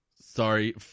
sorry